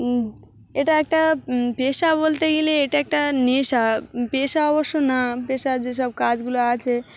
এটা একটা পেশা বলতে গেলে এটা একটা নেশা পেশা অবশ্য না পেশার যেসব কাজগুলো আছে